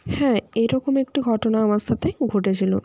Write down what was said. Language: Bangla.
হ্যাঁ এরকম একটি ঘটনা আমার সাথে ঘটেছিল